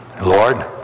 Lord